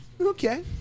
Okay